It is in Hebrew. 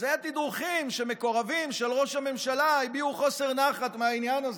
אז היו תדרוכים שמקורבים של ראש הממשלה הביעו חוסר נחת מהעניין הזה.